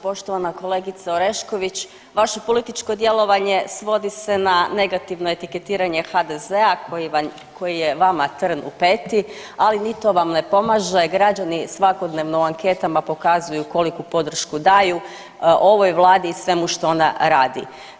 Poštovana kolegice Orešković, vaše političko djelovanje svodi se na negativno etiketiranje HDZ-a koji je vama trn u peti, ali ni to vam ne pomaže, građani svakodnevno u anketama pokazuju koliku podršku daju ovoj vladi i svemu što ona radi.